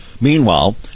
Meanwhile